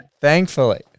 thankfully